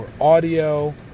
audio